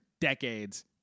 decades